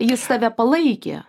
jis tave palaikė